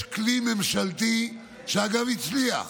יש כלי ממשלתי, שאגב, הצליח